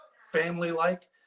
family-like